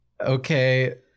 okay